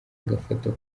agafoto